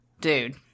Dude